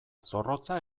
zorrotza